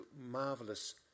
marvellous